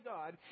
God